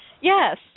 Yes